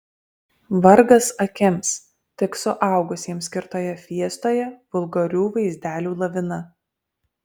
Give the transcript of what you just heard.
vargas akims tik suaugusiems skirtoje fiestoje vulgarių vaizdelių lavina